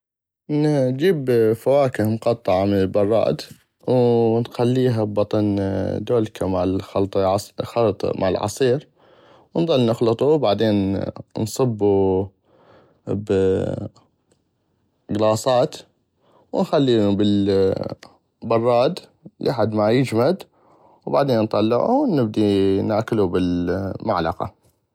نجيب فواكه مقطعة من البراد ونخليها ببطن دولكه مال خلط مال العصير ونظل نخلطو وبعدين نصبو بكلاصات ونخلينو بل براد لحد ما يجمد وبعدين نطلعو ونبدي ناكلو بل المعلقة.